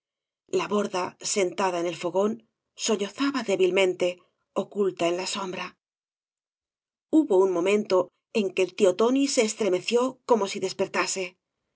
la borda sentada en el fogón sollozaba débilmente oculta f n la sombra hubo un momento en que el tío téai se estremeció como si despertase